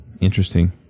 Interesting